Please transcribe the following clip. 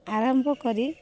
ଆରମ୍ଭ କରି